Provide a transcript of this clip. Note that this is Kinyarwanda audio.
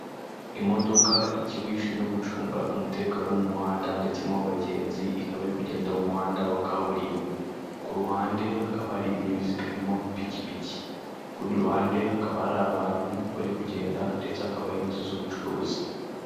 Imodoka y'ikigo gishinzwe gucunga umutekano wo mu muhanda ndetse n'uw'abagenzi ikaba iri kugenda mu muhanda wa kaburimbo. Ku ruhande hakaba hari ibinyabiziga harimo ipikipiki. Ku kurundi ruhande hakaba hari abantu bari kugenda ndetse hakaba hari n'inzu z'ubucuruzi.